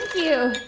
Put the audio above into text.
you.